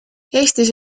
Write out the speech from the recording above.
eestis